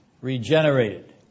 regenerated